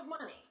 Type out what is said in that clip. money